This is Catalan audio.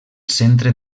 centre